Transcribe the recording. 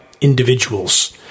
individuals